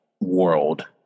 world